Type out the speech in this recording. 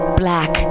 black